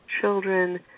children